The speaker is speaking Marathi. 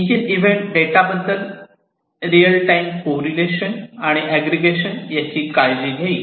इंजिन इव्हेंट डेटा बद्दल रियल टाईम कोरिलेशन आणि एग्रीकेशन याची काळजी घेईल